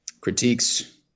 critiques